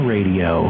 Radio